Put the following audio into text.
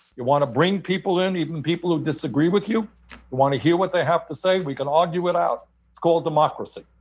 you want to bring people in, even people who disagree with you, you want to hear what they have to say, we can argue it out. it's called democracy.